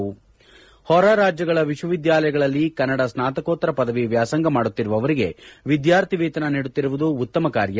ಹೊರರಾಜ್ಯಗಳ ವಿಶ್ವವಿದ್ಯಾಲಯಗಳಲ್ಲಿ ಕನ್ನಡ ಸ್ನಾತಕೋತ್ತರ ಪದವಿ ವ್ಯಾಸಂಗ ಮಾಡುತ್ತಿರುವವರಿಗೆ ವಿದ್ಯಾರ್ಥಿ ವೇತನ ನೀಡುತ್ತಿರುವುದು ಉತ್ತಮ ಕಾರ್ಯ